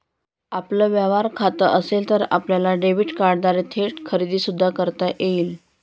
आपलं व्यवहार खातं असेल तर आपल्याला डेबिट कार्डद्वारे थेट खरेदी सुद्धा करता येईल